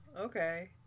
Okay